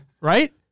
Right